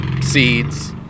Seeds